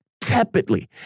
tepidly